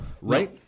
Right